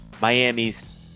Miami's